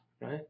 right